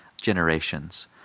generations